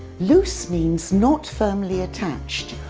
loose means not firmly attached,